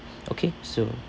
okay so